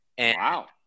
Wow